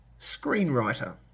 screenwriter